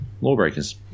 Lawbreakers